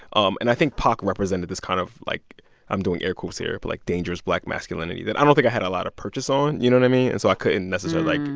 um and i think pac represented this kind of, like i'm doing air quotes here but, like, dangerous black masculinity that i don't think i had a lot of purchase on. you know what i mean? and so i couldn't necessarily, like,